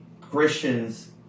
Christians